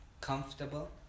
comfortable